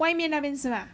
外面那边是吗